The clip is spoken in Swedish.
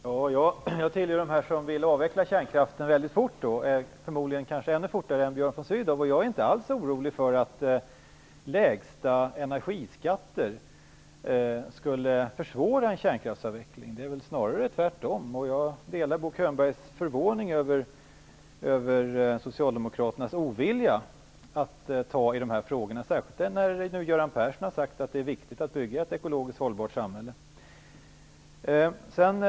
Herr talman! Jag tillhör ju dem som vill avveckla kärnkraften väldigt fort, förmodligen ännu fortare än Björn von Sydow vill avveckla den. Jag är inte alls orolig för att frågan om lägsta energiskatter skulle försvåra en kärnkraftsavveckling. Det är snarare tvärtom. Jag delar Bo Könbergs förvåning över Socialdemokraternas ovilja att ta i de här frågorna, särskilt som Göran Persson har sagt att det är viktigt att bygga ett ekologiskt hållbart samhälle.